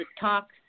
talk